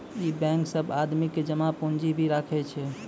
इ बेंक सब आदमी के जमा पुन्जी भी राखै छै